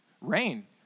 Rain